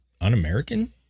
un-american